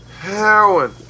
Heroin